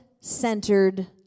centered